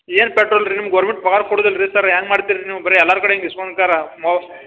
ಏನು ಪೆಟ್ರೋಲ್ ರೀ ನಿಮ್ಗೆ ಗೌರ್ಮೆಂಟ್ ಪಗಾರ್ ಕೊಡುದಿಲ್ಲ ರೀ ಸರ್ ಹೆಂಗೆ ಮಾಡ್ತೀರಿ ನೀವು ಬರೇ ಎಲ್ಲಾರ ಕಡೆ ಹಿಂಗೆ ಇಸ್ಕೊಂಡು ಕರ ಮೊ